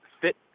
fit